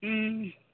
ও